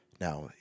now